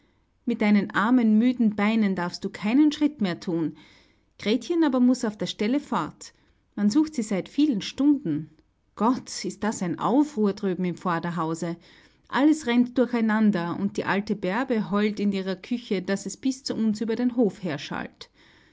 mit deinen armen müden beinen darfst du keinen schritt mehr thun gretchen aber muß auf der stelle fort man sucht sie seit vielen stunden gott ist das ein aufruhr drüben im vorderhause alles rennt durcheinander und die alte bärbe heult in ihrer küche daß es bis zu uns über den hof herschallt